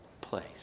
place